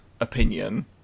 opinion